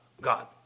God